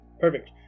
Perfect